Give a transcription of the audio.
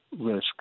risk